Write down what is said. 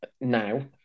now